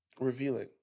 revealing